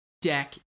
deck